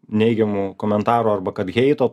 neigiamų komentarų arba kad heito